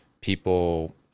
people